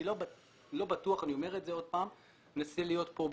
אני לא בטוח אני אומר את זה עוד פעם ומנסה להיות הכי